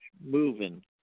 moving